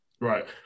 Right